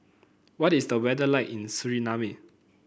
what is the weather like in Suriname